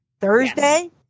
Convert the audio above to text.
Thursday